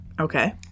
Okay